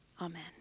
Amen